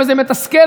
וזה מתסכל,